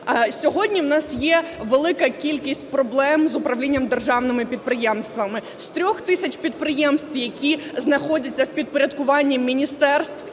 Сьогодні в нас є велика кількість проблем з управлінням державними підприємствами. З трьох тисяч підприємств, які знаходяться у підпорядкуванні міністерств